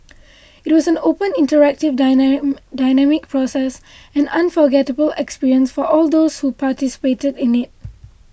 it was an open interactive dynamic process an unforgettable experience for all those who participated in it